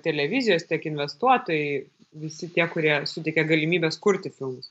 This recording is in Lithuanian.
televizijos tiek investuotojai visi tie kurie suteikia galimybes kurti filmus